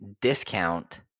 discount